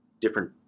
different